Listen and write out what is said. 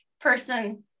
person